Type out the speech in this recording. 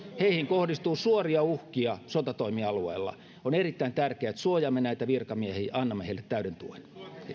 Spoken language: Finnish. heihin kohdistuu suoria uhkia sotatoimialueella on erittäin tärkeää että suojaamme näitä virkamiehiä ja annamme heille täyden tuen